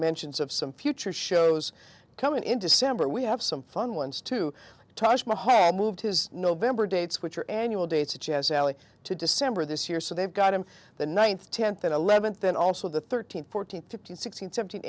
mentions of some future shows coming in december we have some fun ones to taj mahal moved his november dates which are annual dates of jazz alley to december this year so they've got him the ninth tenth and eleventh and also the thirteenth fourteenth fifteen sixteen seventeen